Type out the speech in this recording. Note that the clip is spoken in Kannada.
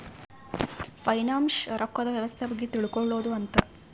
ಫೈನಾಂಶ್ ರೊಕ್ಕದ್ ವ್ಯವಸ್ತೆ ಬಗ್ಗೆ ತಿಳ್ಕೊಳೋದು ಅಂತ